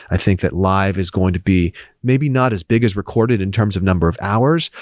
i think that live is going to be maybe not as big as recorded in terms of number of hours,